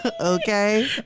okay